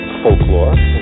folklore